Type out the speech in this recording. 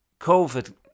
COVID